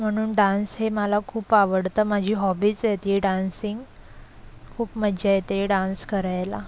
म्हणून डान्स हे मला खूप आवडतं माझी हॉबीच आहे ती डान्सिंग खूप मज्जा येते डान्स करायला